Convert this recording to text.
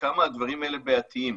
בכמה הדברים האלה בעייתיים.